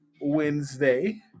wednesday